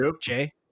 Jay